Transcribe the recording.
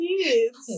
kids